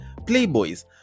playboys